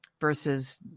versus